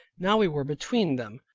now we were between them,